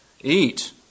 Eat